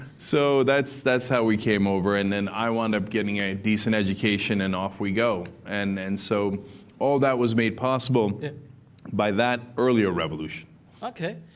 so that's that's how we came over. and then i wound up getting a decent education, and off we go. and and so all that was made possible by that earlier revolution. joe ok.